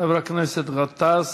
חבר הכנסת גטאס,